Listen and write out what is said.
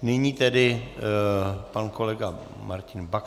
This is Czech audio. Nyní tedy pan kolega Martin Baxa.